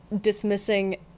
dismissing